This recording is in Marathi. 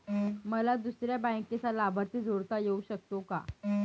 मला दुसऱ्या बँकेचा लाभार्थी जोडता येऊ शकतो का?